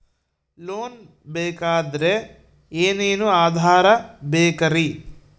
Loan ಬೇಕಾದ್ರೆ ಏನೇನು ಆಧಾರ ಬೇಕರಿ?